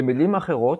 במילים אחרות,